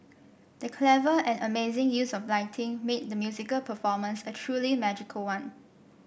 the clever and amazing use of lighting made the musical performance a truly magical one